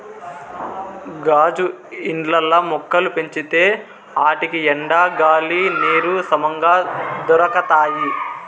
గాజు ఇండ్లల్ల మొక్కలు పెంచితే ఆటికి ఎండ, గాలి, నీరు సమంగా దొరకతాయి